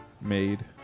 Made